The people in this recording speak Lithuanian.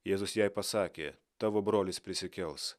jėzus jai pasakė tavo brolis prisikels